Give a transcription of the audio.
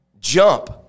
jump